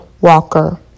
Walker